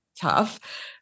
tough